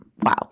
Wow